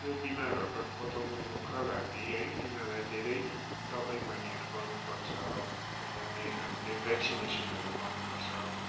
त्यो बिमारहरूबाट बचाउनुका लागि है तिनीहरूलाई धेरै दवाईपानीहरू गर्नुपर्छ पहिला नै हामीले भ्याक्सिनेसनहरू गर्नुपर्छ